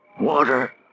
water